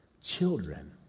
Children